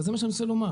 זה מה שאני רוצה לומר.